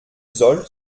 soll